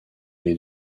les